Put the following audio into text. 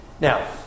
Now